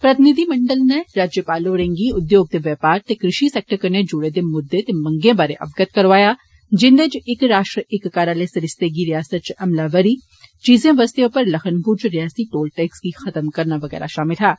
प्रतिनिधिमंडल नै राज्यपाल होर गी उद्योग ते बपार ते कृशि सैक्टर कन्नै जुड़े दे मुद्दे ते मंगै बारै अवगत करौआया जिन्दे च इक राश्ट्र इक कर आले सरिस्ते दी रियासत च अमलावरी चीजें वस्तें उप्पर लखनपुर च रियासती टोल टैक्स गी खतम करना बगैरा षामल हा